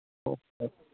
okay